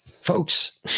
folks